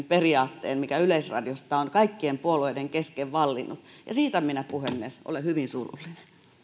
periaatteen mikä yleisradiosta on kaikkien puolueiden kesken vallinnut ja siitä minä puhemies olen hyvin surullinen